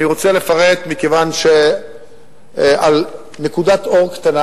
אני רוצה לפרט על נקודת אור קטנה